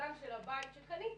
לקבלן של הבית שקניתי,